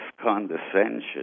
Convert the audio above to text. condescension